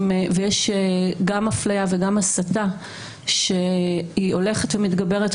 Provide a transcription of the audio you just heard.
ויש גם הפליה וגם הסתה שהולכות ומתגברות.